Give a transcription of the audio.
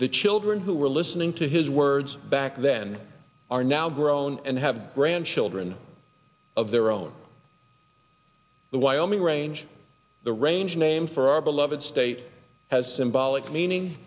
the children who were listening to his words back then are now grown and have grandchildren of their own the wyoming range the range named for our beloved state has symbolic meaning